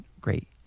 great